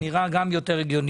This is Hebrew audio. נראה הגיוני.